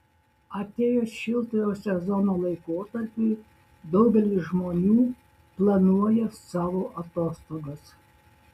atėjus šiltojo sezono laikotarpiui daugelis žmonių planuoja savo atostogas